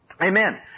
Amen